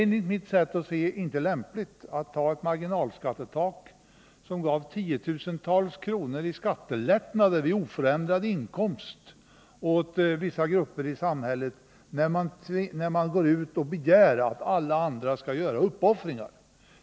Men enligt mitt sätt att se på frågan är det inte lämpligt att ha ett marginalskattetak som innebär att vissa grupper i samhället vid oförändrad inkomst får tiotusentals kronor i skattelättnader när man samtidigt begär att alla andra skall göra uppoffringar.